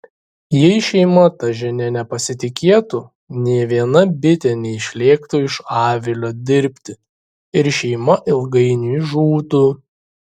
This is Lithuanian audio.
jei šeima ta žinia nepasitikėtų nė viena bitė neišlėktų iš avilio dirbti ir šeima ilgainiui žūtų